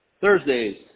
Thursdays